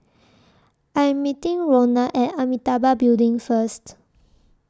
I Am meeting Ronna At Amitabha Building First